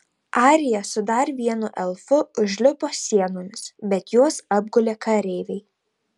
arija su dar vienu elfu užlipo sienomis bet juos apgulė kareiviai